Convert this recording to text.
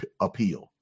appeal